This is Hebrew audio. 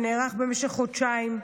שנערך במשך חודשיים,